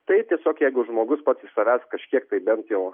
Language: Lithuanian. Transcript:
tai tiesiog jeigu žmogus pats iš savęs kažkiek tai bent jau